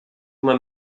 uma